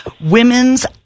Women's